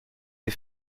des